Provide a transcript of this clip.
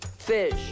Fish